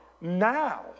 now